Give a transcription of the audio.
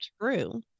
true